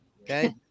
Okay